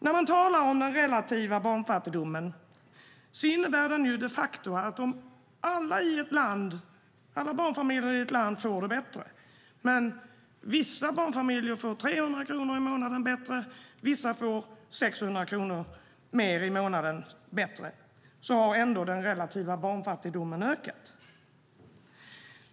När man talar om den relativa barnfattigdomen innebär den de facto att om alla barnfamiljer i ett land får det bättre, men vissa får 300 kronor mer i månaden och andra 600 kronor mer i månaden, har ändå den relativa barnfattigdomen ökat.